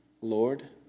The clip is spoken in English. Lord